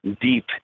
deep